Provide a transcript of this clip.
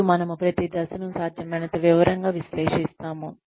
మరియు మనము ప్రతి దశను సాధ్యమైనంత వివరంగా విశ్లేషిస్తాము